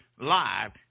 live